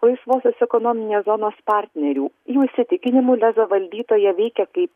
laisvosios ekonominės zonos partnerių jų įsitikinimu lezo valdytoja veikia kaip